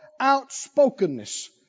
outspokenness